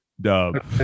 Dub